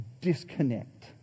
disconnect